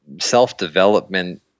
self-development